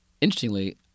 interestingly